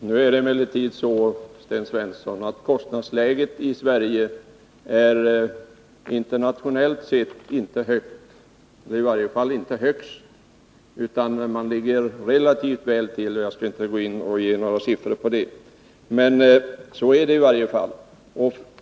Fru talman! Det är emellertid så, Sten Svensson, att kostnadsläget i Sverige internationellt sett inte är högt — i varje fall inte högst. Vi ligger relativt väl till. Jag skall inte gå in och ge några siffor på det, men så är det i varje fall.